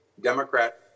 Democrat